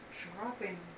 dropping